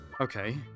Okay